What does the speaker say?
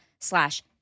slash